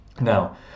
now